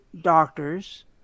doctors